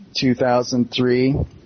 2003